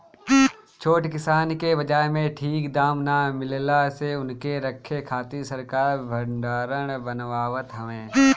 छोट किसान के बाजार में ठीक दाम ना मिलला से उनके रखे खातिर सरकार भडारण बनावत हवे